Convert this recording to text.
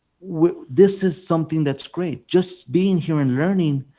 this is something that's great. just being here and learning,